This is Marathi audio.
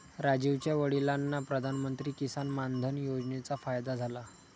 राजीवच्या वडिलांना प्रधानमंत्री किसान मान धन योजनेचा फायदा झाला